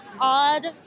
odd